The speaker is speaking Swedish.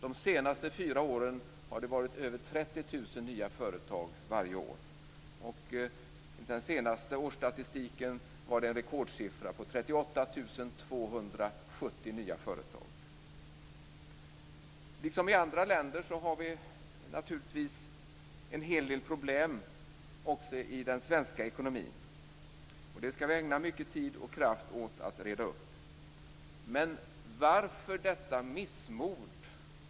De senaste fyra åren har det varit över 30 000 nya företag varje år. Den senaste årsstatistiken visade en rekordsiffra på 38 270 nya företag. Liksom i andra länder har vi naturligtvis en hel del problem också i den svenska ekonomin. Det skall vi ägna mycket tid och kraft åt att reda upp. Men varför detta missmod?